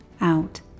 out